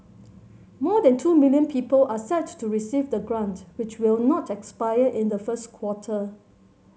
more than two million people are set to receive the grant which will not expire in the first quarter